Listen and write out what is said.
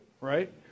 right